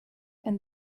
and